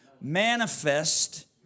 manifest